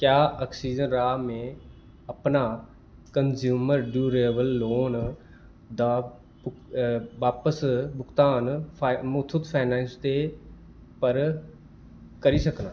क्या अक्सीजन राहें में अपना कनज़्यूमर ड्यूरेबल लोन दा भुक बापस भुगतान फाइ मुथूट फाइनेंस दे पर करी सकनां